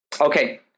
okay